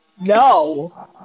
No